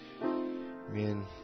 man